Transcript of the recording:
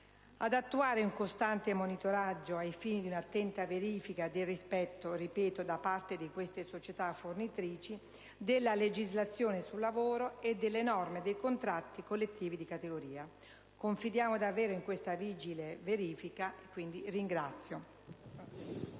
ad attuare un costante monitoraggio ai fini di un'attenta verifica del rispetto da parte di queste società fornitrici della legislazione sul lavoro e delle norme dei contratti collettivi di categoria. Confidiamo di avere questa vigile verifica e, quindi, ringrazio.